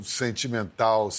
sentimental